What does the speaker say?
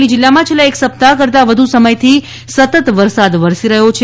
અમરેલી જીલ્લામાં છેલ્લા એક સપ્તાહ કરતાં વધુ સમયથી સતત વરસાદ વરસી રહ્યો છે